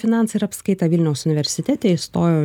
finansai ir apskaita vilniaus universitete įstojau